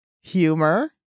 Humor